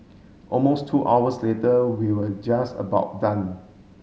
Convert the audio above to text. almost two hours later we'll just about done